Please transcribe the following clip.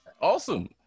awesome